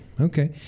Okay